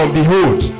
behold